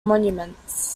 monuments